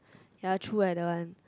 ya true eh that one